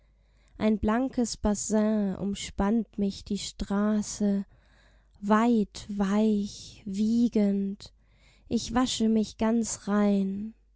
ein blankes bassin umspannt mich die straße weit weich wiegend ich wasche mich ganz rein